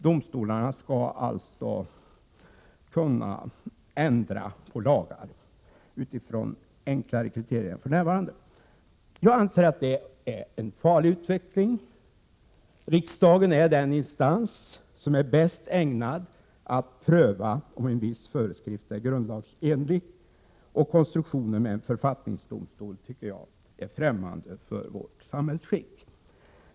Domstolarna skall alltså kunna ändra på lagar utifrån enklare kriterier än för närvarande. Jag anser att det är en farlig utveckling. Riksdagen är den instans som är bäst ägnad att pröva om en viss föreskrift är grundlagsenlig, och konstruktionen med en författningsdomstol tycker jag är främmande för vårt författningsskick.